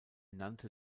nannte